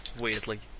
weirdly